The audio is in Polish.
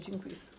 Dziękuję.